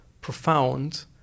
profound